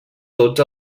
tots